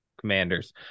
Commanders